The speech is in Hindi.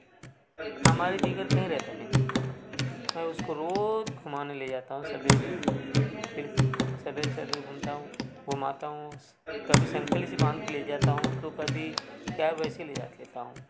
हमारे बगैर कहीं रहता नहीं मैं उसको रोज़ घूमने ले जाता हूँ सुबह सवेरे फिर सवेरे सवेरे घुमाता हूँ उसको कभी संकली से बाँध कर ले जाता हूँ तो कभी ऐसे ही ले जाता हूँ